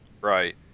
Right